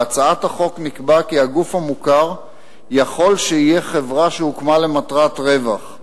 בהצעת החוק נקבע כי הגוף המוכר יכול שיהיה חברה שהוקמה למטרות רווח,